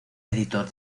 editor